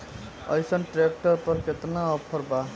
अइसन ट्रैक्टर पर केतना ऑफर बा?